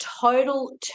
total